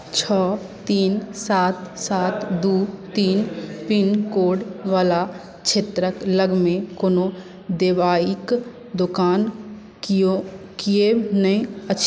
छओ तीन सात सात दू तीन पिन कोड वला क्षेत्रक लग मे कोनो दवाइक दोकान किए नहि अछि